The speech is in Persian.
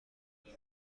خودم